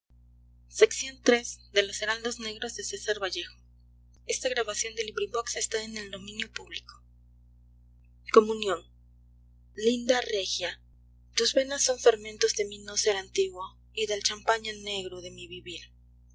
llorando versos linda regia tus venas son fermentos de mi noser antiguo y del champaña negro de mi